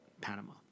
panama